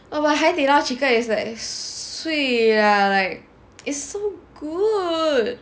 !wah! but Hai Di Lao chicken is swee lah like it's so good